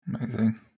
Amazing